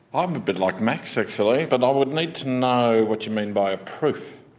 i'm a bit like max actually, but i would need to know what you mean by a proof.